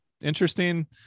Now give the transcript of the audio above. interesting